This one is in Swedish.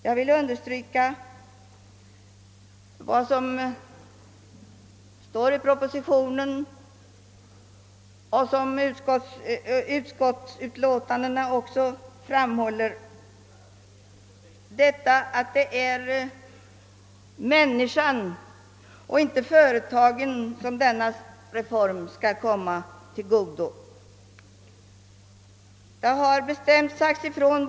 Jåg vill understryka vad som står i proposition nr 29 och i de utskottsutlåtanden vi nu behandlar, nämligen att den föreslagna reformen skall komma människorna, inte företagen, till godo.